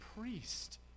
priest